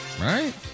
right